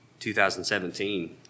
2017